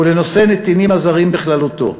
ולנושא הנתינים הזרים בכללותו.